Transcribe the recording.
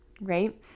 Right